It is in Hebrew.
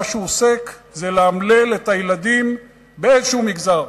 מה שהוא עוסק בו זה לאמלל את הילדים באיזה מגזר.